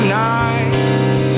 nice